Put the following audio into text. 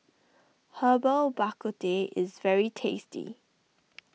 Herbal Bak Ku Teh is very tasty